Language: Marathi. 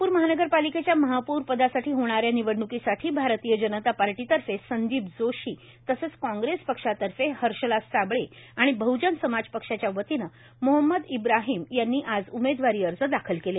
नागप्र महानगरपालिकेच्या महापौर पदासाठी होणाऱ्या निवडण्कीसाठी भारतीय जनता पार्टीतर्फे संदीप जोशी तसंच कांग्रेस पक्षातर्फे हर्षला साबळे आणि बहजन समाज पक्षाच्या वतीनं मोहम्मद इब्राहीम यांनी आज उमेदवारी अर्ज दाखल केले